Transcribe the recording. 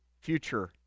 future